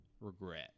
regret